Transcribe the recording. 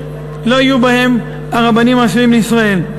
לא יהיו בהם הרבנים הראשיים לישראל.